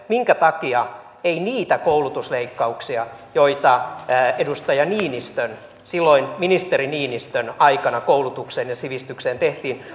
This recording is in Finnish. siihen minkä takia niitä koulutusleikkauksia joita edustaja niinistön silloin ministeri niinistön aikana koulutukseen ja sivistykseen tehtiin